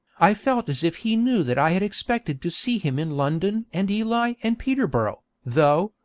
i felt as if he knew that i had expected to see him in london and ely and peterborough, though,